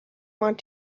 want